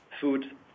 food